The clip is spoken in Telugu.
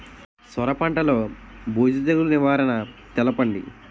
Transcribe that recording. సొర పంటలో బూజు తెగులు నివారణ తెలపండి?